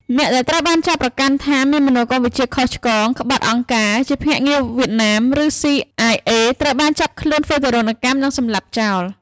អ្នកដែលត្រូវបានចោទប្រកាន់ថា មានមនោគមវិជ្ជាខុសឆ្គង ក្បត់អង្គការ ជាភ្នាក់ងារវៀតណាម ឬ ស៊ីអាយអេ ត្រូវបានចាប់ខ្លួន ធ្វើទារុណកម្ម និងសម្លាប់ចោល។